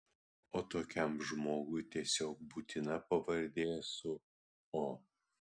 o tokiam žmogui tiesiog būtina pavardė su o